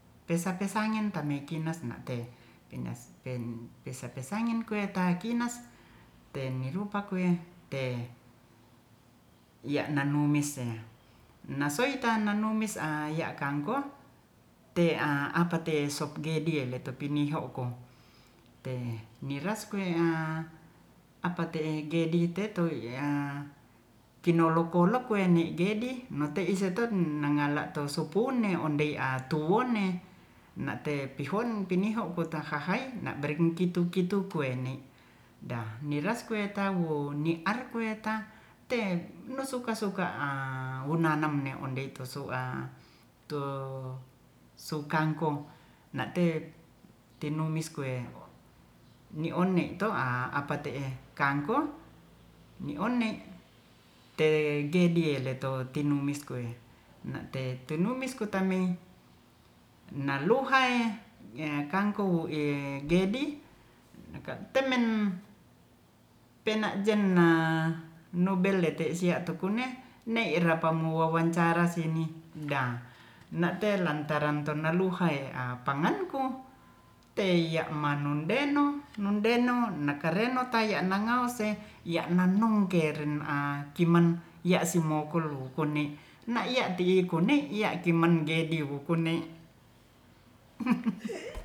Pesa pesangen tame kinas na te kinas pe pesa pesangen tame kinas na te pinas pesa pesangen koe ta kinas tenerupa koe te ya nanumis se na soeta nanumis ya kangkong te a apate sop gedi e letopiniho kong niras koeapa te'e gedi teto ya kinolok kolok koene gedi noten iseten nagala to supune ondei ataune na te pihon piniho kota hahae na na bergu kitu-kitu koene da niras kue tau niar kue ta te na suka-suka wunanam ne ondei tusua tu sukangkong na te tinumis koe ni one to a apate'e kangking mi one te gedi e to tinumis koe nate tinumis kota mi naluhae kangkong gedi naka temen pena jana no belete sia tukunne ne ra pami wawancara sini da na terlataran tona luhae pangan ku teiya mamundeno nundeno na kareno kaya nangaose ya nanum keren a kimen ya simokolu kune na iya ti kune iya kiman gedi wukune